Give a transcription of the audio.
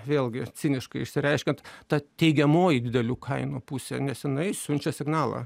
vėlgi ciniškai išsireiškiant ta teigiamoji didelių kainų pusė nes jinai siunčia signalą